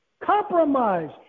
compromise